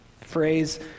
phrase